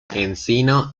encino